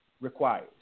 requires